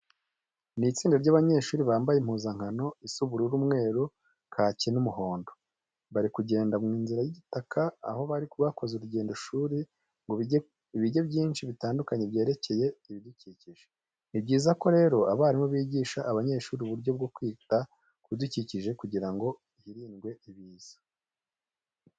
Ni itsinda ry'abanyeshuri bambaye impuzankano isa ubururu, umweru, kake n'umuhondo. Bari kugenda mu nzira y'igitaka aho bari bakoze urugendoshuri ngo bige byinshi bitandukanye byerekeye ibidukikije. Ni byiza ko rero abarimu bigisha abanyeshuri uburyo bwo kwita ku bidukikije kugira ngo hirindwe ibiza.